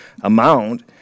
amount